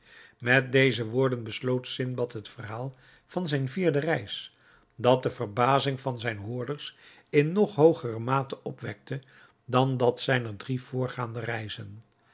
met deze woorden besloot sindbad het verhaal van zijne vierde reis dat de verbazing van zijne hoorders in nog hoogere mate opwekte dan dat zijner drie voorgaande reizen